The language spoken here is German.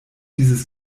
dieses